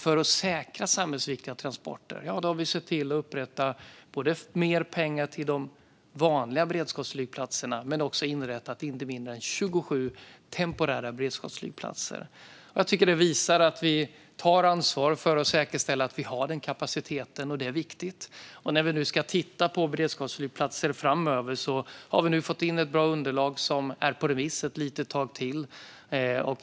För att säkra samhällsviktiga transporter har vi skjutit till mer pengar till de vanliga beredskapsflygplatserna men också upprättat inte mindre än 27 temporära beredskapsflygplatser. Jag tycker att det visar att vi tar ansvar för att säkerställa att vi har den kapaciteten, och det är viktigt. När vi ska titta på beredskapsflygplatser framöver har vi nu fått in ett bra underlag som är på remiss ett litet tag till.